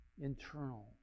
Internal